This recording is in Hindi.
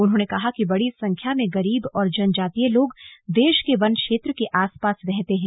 उन्होंने कहा कि बड़ी संख्या में गरीब और जनजातीय लोग देश के वन क्षेत्र के आसपास रहते हैं